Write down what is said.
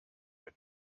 der